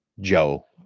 Joe